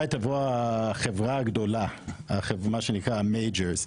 מה שנקרא המייג'רס?